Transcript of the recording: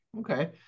Okay